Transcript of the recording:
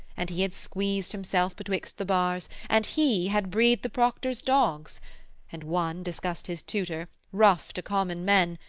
and he had squeezed himself betwixt the bars, and he had breathed the proctor's dogs and one discussed his tutor, rough to common men,